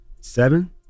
seven